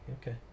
okay